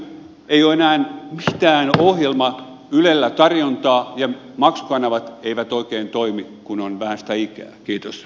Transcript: ei ole enää mitään ohjelmaa ylellä tarjontaa ja maksukanavat eivät oikein toimi kun on vähän sitä ikää